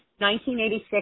1986